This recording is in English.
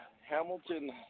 Hamilton